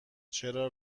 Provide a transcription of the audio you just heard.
چرا